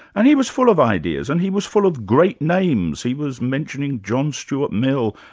and he was full of ideas, and he was full of great names. he was mentioning john stuart mill,